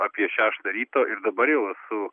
apie šeštą ryto ir dabar jau esu